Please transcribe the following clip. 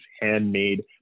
handmade